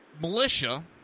militia